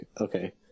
okay